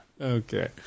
Okay